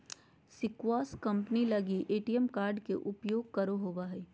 kiosk machine लगी ATM card के उपयोग करे होबो हइ